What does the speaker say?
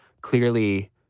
clearly